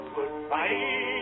Goodbye